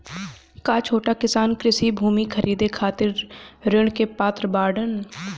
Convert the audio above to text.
का छोट किसान कृषि भूमि खरीदे खातिर ऋण के पात्र बाडन?